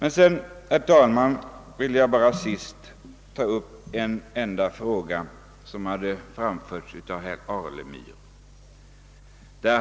Så till sist vill jag, herr talman, ta upp en fråga som har berörts av herr Alemyr.